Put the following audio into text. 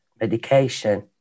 medication